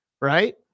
Right